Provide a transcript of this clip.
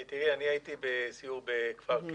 אני הייתי בסיור בכפר קיש,